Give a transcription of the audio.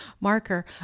marker